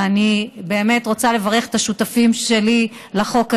ואני באמת רוצה לברך את השותפים שלי לחוק הזה,